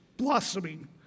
blossoming